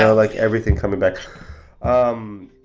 yeah like, everything coming back um